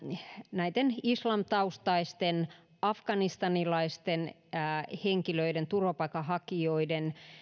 näitten islamtaustaisten afganistanilaisten turvapaikanhakijoiden